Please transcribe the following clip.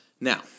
Now